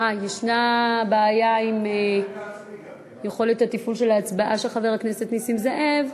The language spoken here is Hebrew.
יש בעיה עם יכולת התפעול של ההצבעה של חבר הכנסת נסים זאב.